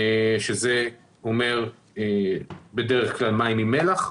שזה אומר בדרך כלל מים עם מלח,